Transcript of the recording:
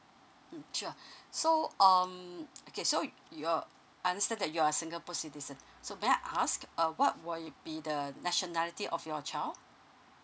mm sure so um okay so your understand that you're singapore citizen so may I ask uh what will be the nationality of your child